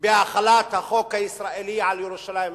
בהחלת החוק הישראלי על ירושלים המזרחית.